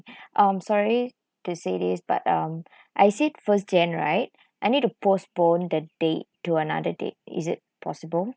um sorry to say this but um I said first jan right I need to postpone the date to another date is it possible